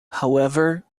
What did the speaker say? however